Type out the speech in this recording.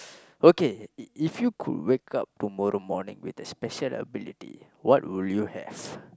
okay if if you could wake up tomorrow morning with a special ability what will you have